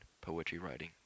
poetry-writing